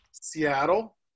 Seattle